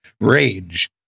rage